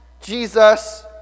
Jesus